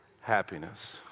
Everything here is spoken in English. happiness